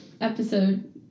episode